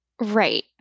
Right